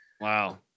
Wow